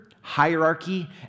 hierarchy